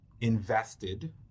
invested